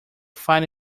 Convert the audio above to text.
find